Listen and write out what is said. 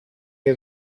che